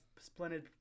splendid